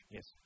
Yes